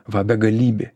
va begalybė